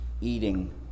eating